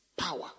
power